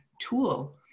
tool